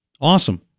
Awesome